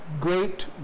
great